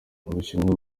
ubushinwa